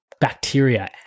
bacteria